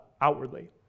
outwardly